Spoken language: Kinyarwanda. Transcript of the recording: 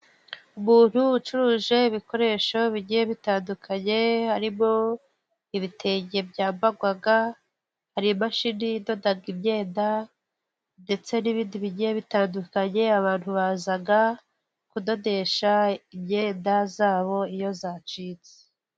Umuntu ucuruje ibikoresho bigiye bitandukanye, harimo ibitenge byambarwa hari imashini idoda imyenda, ndetse n'ibindi bigiye bitandukanye, abantu baza kudodesha imyenda yabo iyo yacitse.